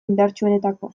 indartsuenetakoa